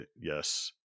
Yes